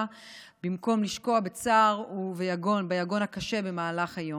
במקום לשקוע בצער וביגון הקשה במהלך היום.